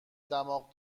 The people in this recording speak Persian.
دماغ